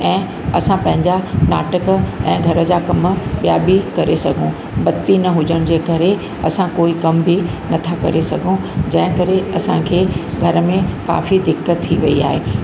ऐं असां पंहिंजा नाटक ऐं घर जा कम ॿिया बि करे सघूं बत्ती न हुजण जे करे असां कोई कम बि नथां करे सघऊं जंहिं करे असांखे घर में काफ़ी दिक़त थी वई आहे